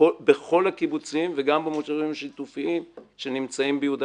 בכל הקיבוצים וגם במושבים השיתופיים שנמצאים ביהודה